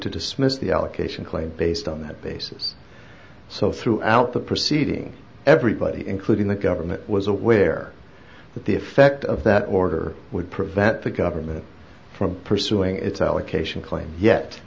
to dismiss the allocation claim based on that basis so throughout the proceeding everybody including the government was aware that the effect of that order would prevent the government from pursuing its allocation claim yet